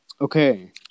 okay